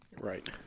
Right